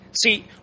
See